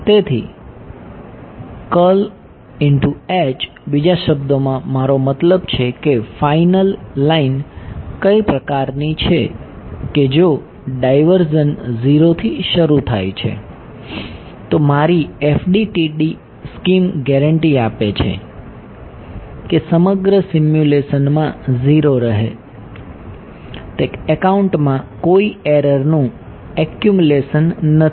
તેથી બીજા શબ્દોમાં મારો મતલબ છે કે ફાઇનલ લાઇન કઈ પ્રકારની છે કે જો ડાયવર્ઝન 0 થી શરૂ થાય છે તો મારી FDTD સ્કીમ ગેરંટી આપે છે કે સમગ્ર સિમ્યુલેશન માં 0 રહે તે એકાઉન્ટમાં કોઈ એરરનું એક્યુમૂલેશન નથી